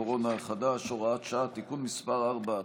הקורונה החדש (הוראת שעה) (תיקון מס' 4),